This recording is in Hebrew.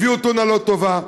הביאו טונה לא טובה,